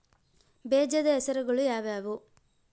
ಬೇಜದ ಹೆಸರುಗಳು ಯಾವ್ಯಾವು?